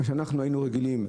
מה שאנחנו היינו רגילים,